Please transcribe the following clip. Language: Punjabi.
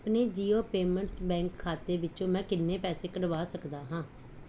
ਆਪਣੇ ਜਿਓ ਪੇਮੈਂਟਸ ਬੈਂਕ ਖਾਤੇ ਵਿੱਚੋਂ ਮੈਂ ਕਿੰਨੇ ਪੈਸੇ ਕਢਵਾ ਸਕਦਾ ਹਾਂ